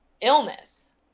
illness